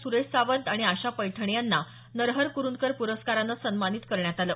सुरेश सावंत आणि आशा पैठणे यांना नरहर कुरुंदकर प्रस्कारानं सन्मानित करण्यात आलं